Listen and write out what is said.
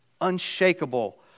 unshakable